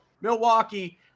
Milwaukee